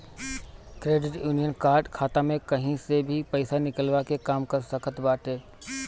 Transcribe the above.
credit union card खाता में कही से भी पईसा निकलला के काम कर सकत बाटे